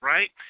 Right